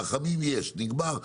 רחמים יש, נגמר.